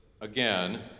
again